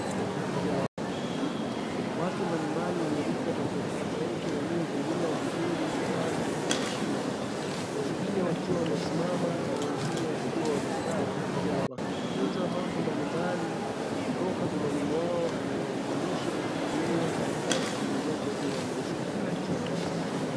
Watu mbalimbali wenye rika tofautitofauti waliovalia vizuri mavazi yenye heshima, wengine wakiwa wamesimama na wengine wakiwa wamekaa wakijifunza mambo mbalimbali kutoka kwa mwalimu wao anayewafundisha kutoka kwenye karatasi zilizopo juu ya meza.